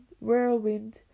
whirlwind